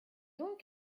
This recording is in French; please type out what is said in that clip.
donc